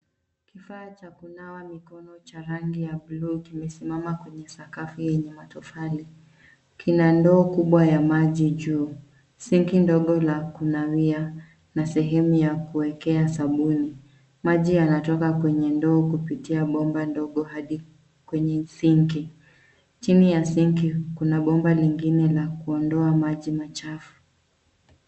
Kifaa cha kunawa mikono cha rangi ya buluu kimesimama kwenye sakafu yenye matofali. Kina ndoo kubwa ya maji juu, sinki ndogo la kunawia na sehemu ya kuwekea sabuni. Maji yanatoka kwenye ndoo kupitia bomba ndogo hadi kwenye sinki. Chini ya sinki kuna bomba lingine la kuondoa maji machafu.